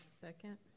Second